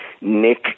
Nick